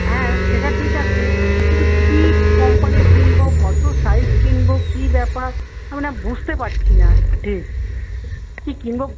হ্যাঁ সেটা ঠিক আছে কিন্তু কী কোম্পানির কিনব কত সাইজ কিনব কী ব্যাপার আমি না বুঝতে পারছি না ঠিক কী কিনব